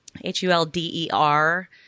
H-U-L-D-E-R